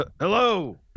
Hello